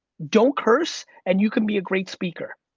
don't curse and you can be a great speaker.